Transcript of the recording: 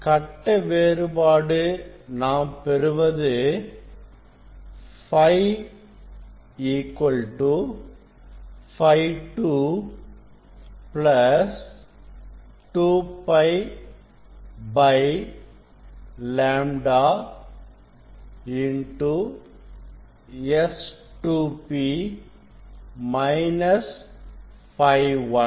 கட்ட வேறுபாடு நாம் பெறுவது Φ Φ2 2πλ - Φ1